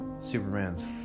Superman's